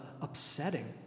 upsetting